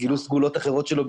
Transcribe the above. סגולות אחרות שלו.